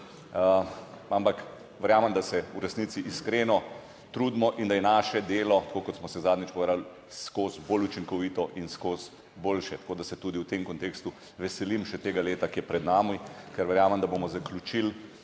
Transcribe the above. ampak verjamem, da se v resnici iskreno trudimo in da je naše delo, tako kot smo se zadnjič pogovarjali skozi bolj učinkovito in skozi boljše, tako da se tudi v tem kontekstu veselim še tega leta, ki je pred nami, ker verjamem, da bomo zaključili